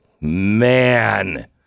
man